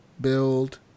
build